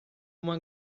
uma